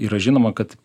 yra žinoma kad